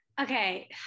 Okay